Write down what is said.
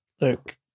look